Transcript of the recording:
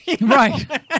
Right